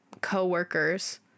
co-workers